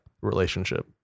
relationship